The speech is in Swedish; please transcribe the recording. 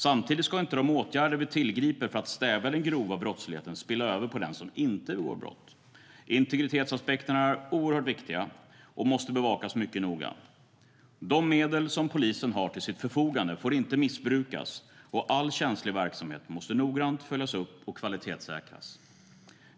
Samtidigt ska inte de åtgärder vi tillgriper för att stävja den grova brottsligheten spilla över på den som inte begår brott. Integritetsaspekterna är oerhört viktiga och måste bevakas mycket noga. De medel som polisen har till sitt förfogande får inte missbrukas, och all känslig verksamhet måste noggrant följas upp och kvalitetssäkras.